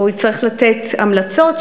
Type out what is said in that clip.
הוא יצטרך לתת המלצות,